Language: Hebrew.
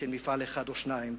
על מפעל אחד או שניים,